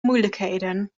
moeilijkheden